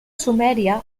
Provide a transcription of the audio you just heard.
sumèria